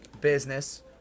business